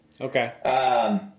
Okay